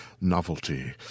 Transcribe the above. novelty